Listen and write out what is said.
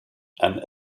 and